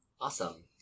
Awesome